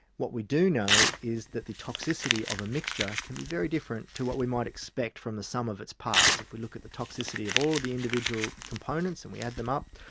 what we do know is that the toxicity of a mixture can be very different to what we might expect from the sum of its parts. if we look at the toxicity of all of the individual components and we add them up,